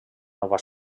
nova